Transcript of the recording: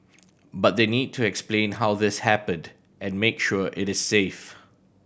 but they need to explain how this happened and make sure it is safe